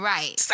Right